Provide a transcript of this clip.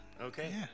Okay